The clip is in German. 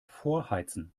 vorheizen